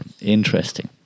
Interesting